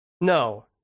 No